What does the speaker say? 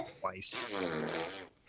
Twice